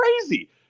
crazy